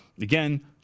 Again